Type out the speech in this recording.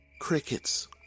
Crickets